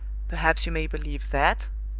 perhaps you may believe that?